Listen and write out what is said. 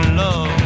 love